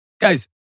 Guys